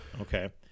Okay